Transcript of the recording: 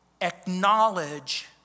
acknowledge